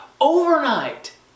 overnight